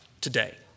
today